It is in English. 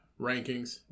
Rankings